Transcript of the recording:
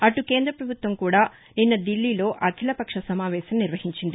అటు కేంద పభుత్వం కూడా నిన్న దిల్లీలో అఖీలపక్ష సమావేశం నిర్వహించింది